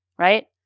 Right